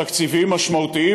תקציבים משמעותיים,